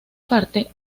parte